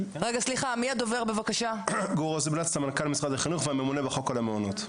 אני סמנכ"ל משרד החינוך, והממונה בחוק על המעונות.